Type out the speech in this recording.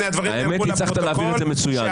הצלחת להבהיר את זה מצוין.